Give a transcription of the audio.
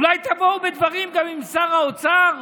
אולי תבואו בדברים גם עם שר האוצר,